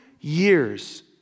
years